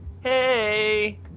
Hey